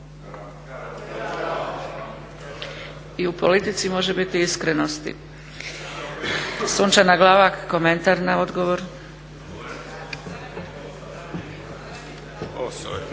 I u politici može biti iskrenosti. Sunčana Glavak komentar na odgovor. **Glavak,